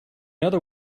other